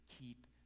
Keep